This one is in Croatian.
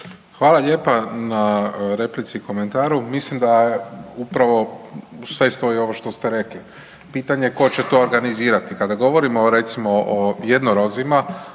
Hvala lijepa na replici i komentaru, mislim da upravo sve stoji ovo što ste rekli. Pitanje tko će to organizirati. Kada govorimo recimo o jednorozima